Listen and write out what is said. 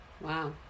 Wow